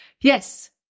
Yes